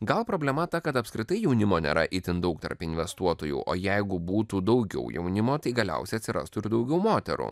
gal problema ta kad apskritai jaunimo nėra itin daug tarp investuotojų o jeigu būtų daugiau jaunimo tai galiausiai atsirastų ir daugiau moterų